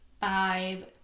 five